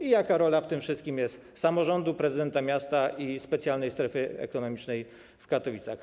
I jaka jest w tym wszystkim rola samorządu, prezydenta miasta i specjalnej strefy ekonomicznej w Katowicach?